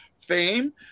fame